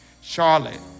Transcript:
Charlotte